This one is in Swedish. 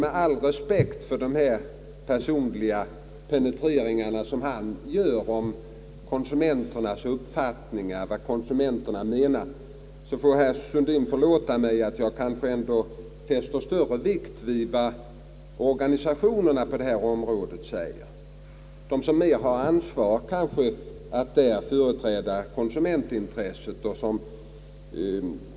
Med all respekt för de personliga penetreringar som han gör av konsumenternas uppfattning måste jag be herr Sundin förlåta mig att jag ändå fäster större vikt vid vad de organisationer säger som kanske ändå mera företräder konsumentintresset.